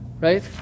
Right